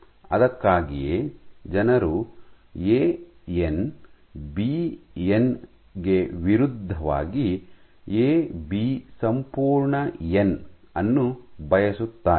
ಅದಕ್ಕಾಗಿಯೇ ಜನರು A N - B N ಗೆ ವಿರುದ್ಧವಾಗಿ ಎ ಬಿ ಸಂಪೂರ್ಣ ಎನ್ ಅನ್ನು ಬಯಸುತ್ತಾರೆ